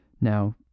Now